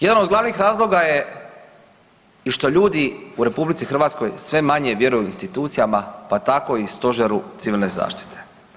Jedan od glavnih razloga je to što ljudi u RH sve manje vjeruju institucijama, pa tako i Stožeru civilne zaštite.